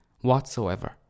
whatsoever